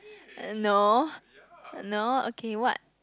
no no okay what